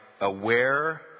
aware